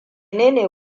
ne